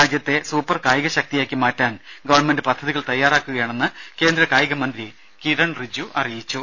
രാജ്യത്തെ സൂപ്പർ കായിക ശക്തിയാക്കി മാറ്റാൻ ഗവൺമെന്റ് പദ്ധതികൾ തയാറാക്കുകയാണെന്ന് കേന്ദ്ര കായിക മന്ത്രി കിരൺ റിജ് ജു അറിയിച്ചു